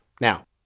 Now